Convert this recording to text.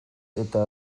eta